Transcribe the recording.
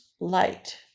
light